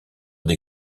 des